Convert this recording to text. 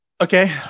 Okay